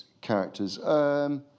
characters